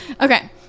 okay